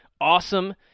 awesome